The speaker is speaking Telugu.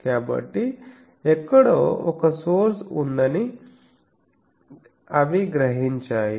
కాబట్టి ఎక్కడో ఒక సోర్స్ ఉందని అవి గ్రహించాయి